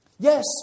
Yes